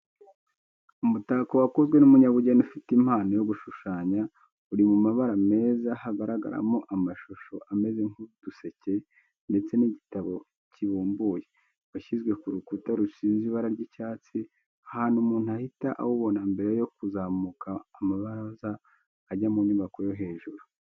Umutako wakozwe n'umunyabugeni ufite impano yo gushushanya, uri mu mabara meza hagaragaramo amashusho ameze nk'uduseke ndetse n'igitabo kibumbuye, washyizwe ku rukuta rusize ibara ry'icyatsi ahantu umuntu ahita awubona mbere yo kuzamuka amabaraza ajya mu nyubako yo hejuru.